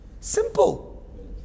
Simple